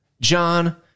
John